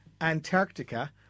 Antarctica